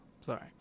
sorry